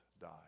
die